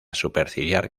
superciliar